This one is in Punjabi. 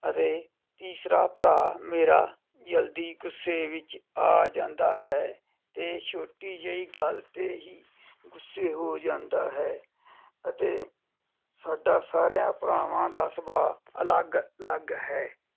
ਅਤੇ ਤੀਸਰਾ ਭਰਾ ਮੇਰਾ ਜਲਦੀ ਗੁੱਸੇ ਵਿੱਚ ਆ ਜਾਂਦਾ ਹੈ ਅਤੇ ਛੋਟੀ ਜਿਹੀ ਗੱਲ 'ਤੇ ਹੀ ਗੁੱਸੇ ਹੋ ਜਾਂਦਾ ਹੈ ਅਤੇ ਸਾਡਾ ਸਾਰਿਆਂ ਭਰਾਵਾਂ ਦਾ ਸੁਭਾਅ ਅਲੱਗ ਅਲੱਗ ਹੈ